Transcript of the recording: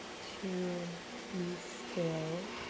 to be still.